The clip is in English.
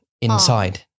inside